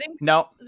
no